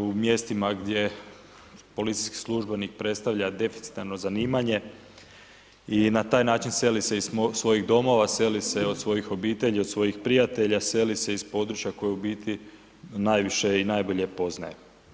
u mjestima gdje policijski službenik predstavlja deficitarno zanimanje i na taj način seli se iz svojih domova, seli se od svojih obitelji, od svojih prijatelja, seli iz područja koje u biti najviše i najbolje poznaje.